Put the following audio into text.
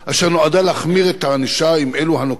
אשר נועדה להחמיר את הענישה עם אלו הנוקטים